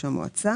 הכל.